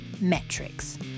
metrics